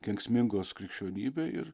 kenksmingos krikščionybei ir